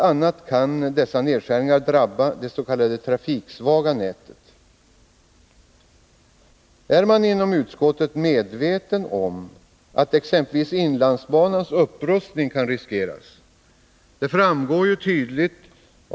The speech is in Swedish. a. kan dessa nedskärningar drabba det s.k. trafiksvaga nätet. Är man inom utskottet medveten om att exempelvis upprustningen av inlandsbanan riskeras?